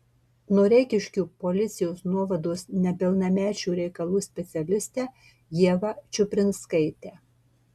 noreikiškių policijos nuovados nepilnamečių reikalų specialistę ievą čiuprinskaitę